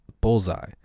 bullseye